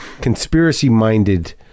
conspiracy-minded